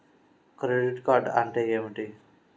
Credit card అంటే ఏమిటి?